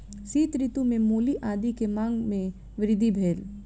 शीत ऋतू में मूली आदी के मांग में वृद्धि भेल